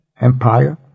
Empire